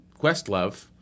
Questlove